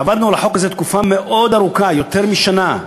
עבדנו על החוק הזה תקופה מאוד ארוכה, יותר משנה.